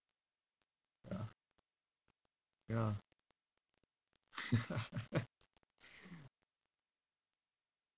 ya ya